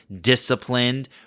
disciplined